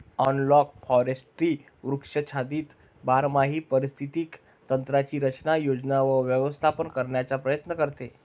analogue forestry वृक्षाच्छादित बारमाही पारिस्थितिक तंत्रांची रचना, योजना व व्यवस्थापन करण्याचा प्रयत्न करते